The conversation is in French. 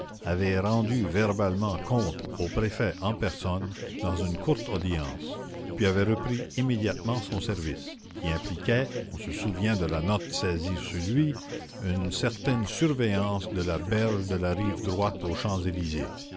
avait rendu verbalement compte au préfet en personne dans une courte audience puis avait repris immédiatement son service qui impliquait on se souvient de la note saisie sur lui une certaine surveillance de la berge de la rive droite aux champs-élysées